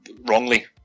wrongly